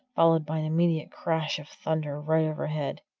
followed by an immediate crash of thunder right overhead.